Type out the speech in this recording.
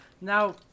Now